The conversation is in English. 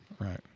right